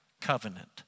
covenant